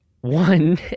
One